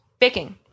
baking